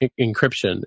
encryption